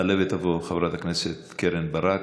תעלה ותבוא חברת הכנסת קרן ברק.